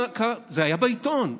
זה היה בעיתון,